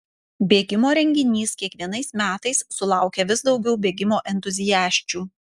bėgimo renginys kiekvienais metais sulaukia vis daugiau bėgimo entuziasčių